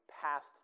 passed